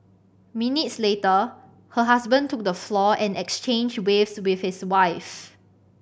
minutes later her husband took the floor and exchanged waves with his wife